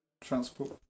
Transport